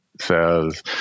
says